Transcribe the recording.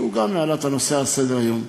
שגם העלה את הנושא על סדר-היום,